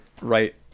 right